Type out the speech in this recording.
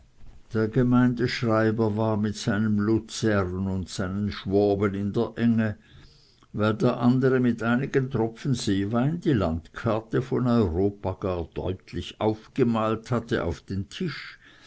der gemeindschreiber war mit seinem luzern und seinen schwoben in der enge weil der andere mit einigen tropfen seewein die landkarte von europa gar deutlich aufgemalt hatte auf den tisch